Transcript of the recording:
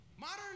Modern